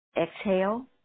exhale